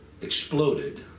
exploded